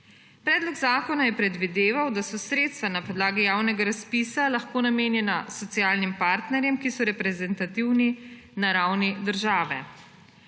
Predlog zakona je predvideval, da so sredstva na podlagi javnega razpisa lahko namenjena socialnim partnerjem, ki so reprezentativni na ravni države.